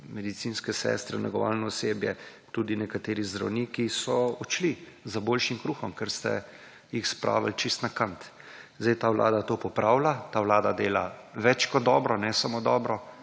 medicinske sestre, negovalno osebje tudi nekateri zdravniki so odšli za boljšim kruhom, ker ste jih spravili čisto na kant. Sedaj ta Vlada to popravlja, ta Vlada dela več kot dobro ne samo dobro,